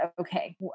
Okay